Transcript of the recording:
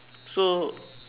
so